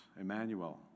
Emmanuel